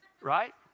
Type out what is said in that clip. right